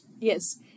Yes